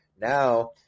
Now